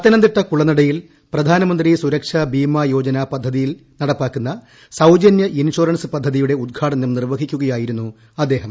പത്തനംതിട്ട കുളനടയിൽ പ്രധാനമന്ത്രിസുരക്ഷാബീമാ യോജന പദ്ധതിയിൽ നടപ്പാക്കുന്ന സൌജന്യ ഇൻഷുറൻസ് പദ്ധതിയുടെ ഉദ്ഘാടനം നിർവ്വഹിക്കുകയായിരുന്നു അദ്ദേഹം